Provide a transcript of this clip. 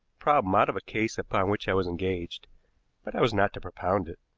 problem out of a case upon which i was engaged but i was not to propound it.